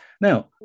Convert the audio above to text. Now